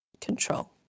control